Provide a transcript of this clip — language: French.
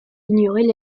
ignoraient